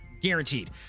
guaranteed